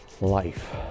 life